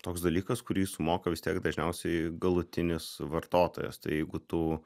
toks dalykas kurį sumoka vis tiek dažniausiai galutinis vartotojas tai jeigu tu